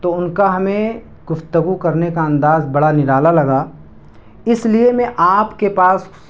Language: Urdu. تو ان کا ہمیں گفتگو کرنے کا انداز بڑا نرالا لگا اس لیے میں آپ کے پاس